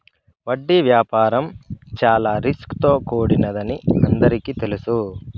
వడ్డీ వ్యాపారం చాలా రిస్క్ తో కూడినదని అందరికీ తెలుసు